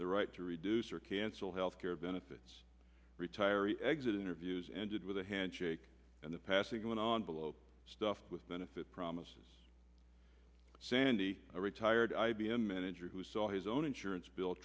the right to reduce or cancel health care benefits retiree exit interviews ended with a handshake and the passing going on below stuffed with benefit promises sandy a retired i b m manager who saw his own insurance bill